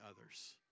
others